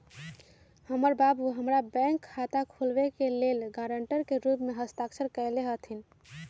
हमर बाबू हमर बैंक खता खुलाबे के लेल गरांटर के रूप में हस्ताक्षर कयले रहथिन